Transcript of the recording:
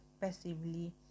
passively